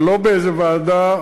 זה לא באיזו ועדה,